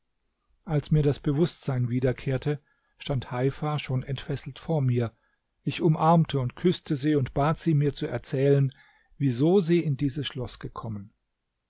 als mir das bewußtsein wiederkehrte stand heifa schon entfesselt vor mir ich umarmte und küßte sie und bat sie mir zu erzählen wieso sie in dieses schloß gekommen